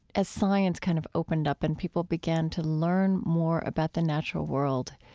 as science kind of opened up and people began to learn more about the natural world,